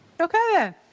Okay